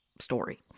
story